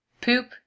Poop